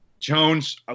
Jones